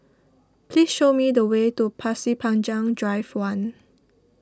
please show me the way to Pasir Panjang Drive one